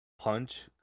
punch